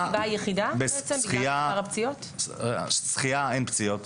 בשחייה אין פציעות,